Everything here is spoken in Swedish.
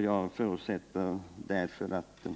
Jag förutsätter därför att